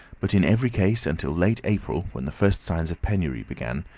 but in every case until late april, when the first signs of penury began,